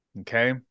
Okay